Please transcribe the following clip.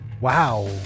Wow